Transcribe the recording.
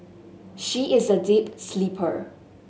she is a deep sleeper